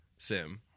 Sim